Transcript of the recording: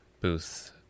booth